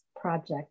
project